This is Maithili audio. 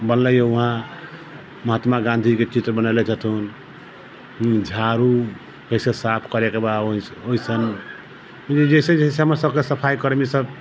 बनलै है वहाँ महात्मा गांधी के चित्र बनेले हथून झाड़ू कैसे साफ करे के बा ओहिसँ लेकिन जैसे जैसे हमर सफाईकर्मी सब